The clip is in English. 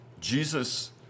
Jesus